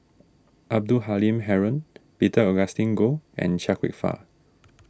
Abdul Halim Haron Peter Augustine Goh and Chia Kwek Fah